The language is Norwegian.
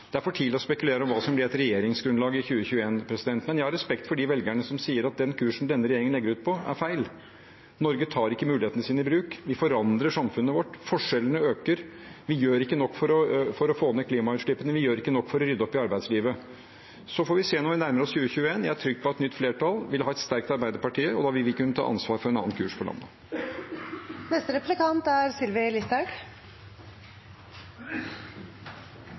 Det er for tidlig å spekulere om hva som blir et regjeringsgrunnlag i 2021, men jeg har respekt for de velgerne som sier at den kursen denne regjeringen legger ut på, er feil. Norge tar ikke mulighetene sine i bruk. Vi forandrer samfunnet vårt. Forskjellene øker. Vi gjør ikke nok for å få ned klimagassutslippene. Vi gjør ikke nok for å rydde opp i arbeidslivet. Så får vi se når vi nærmer oss 2021. Jeg er trygg på at nytt flertall vil ha et sterkt Arbeiderpartiet, og da vil vi kunne ta ansvar for en annen kurs for landet.